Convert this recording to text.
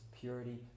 purity